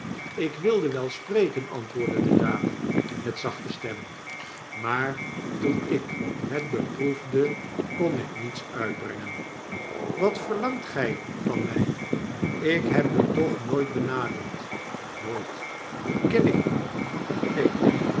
ik wilde wel spreken antwoordde de dame met zachte stem maar toen ik het beproefde kon ik niets uitbrengen wat verlangt gy van my ik heb u toch nooit benadeeld nooit ken ik u neen